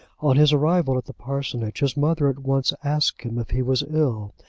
on his arrival at the parsonage, his mother at once asked him if he was ill,